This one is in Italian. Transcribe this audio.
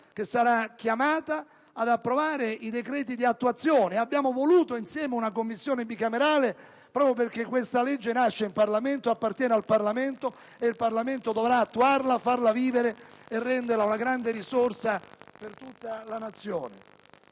che sarà chiamata ad approvare i decreti di attuazione. Abbiamo voluto insieme una Commissione bicamerale proprio perché questa legge nasce in Parlamento, appartiene al Parlamento e il Parlamento dovrà attuarla, farla vivere e renderla una grande risorsa per tutta la Nazione.